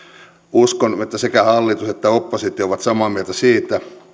uskon että sekä hallitus että oppositio ovat samaa mieltä siitä